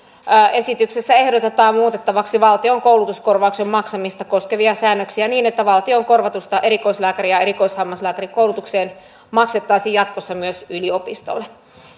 esityksessä ehdotetaan muutettavaksi valtion koulutuskorvauksen maksamista koskevia säännöksiä niin että valtion korvausta erikoislääkäri ja erikoishammaslääkärikoulutukseen maksettaisiin jatkossa myös yliopistoille